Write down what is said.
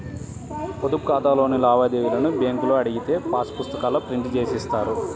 పొదుపు ఖాతాలోని లావాదేవీలను బ్యేంకులో అడిగితే పాసు పుస్తకాల్లో ప్రింట్ జేసి ఇస్తారు